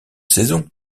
saison